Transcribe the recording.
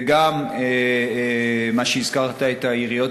וגם מה שהזכרת, את העיריות.